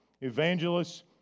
Evangelists